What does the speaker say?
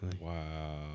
Wow